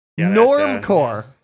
Normcore